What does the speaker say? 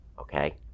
Okay